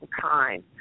time